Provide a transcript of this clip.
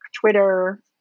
Twitter